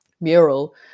mural